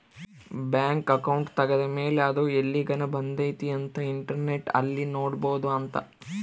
bank account ತೆಗೆದ್ದ ಮೇಲೆ ಅದು ಎಲ್ಲಿಗನ ಬಂದೈತಿ ಅಂತ ಇಂಟರ್ನೆಟ್ ಅಲ್ಲಿ ನೋಡ್ಬೊದು ಅಂತ